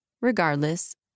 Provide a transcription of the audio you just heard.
Regardless